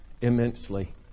immensely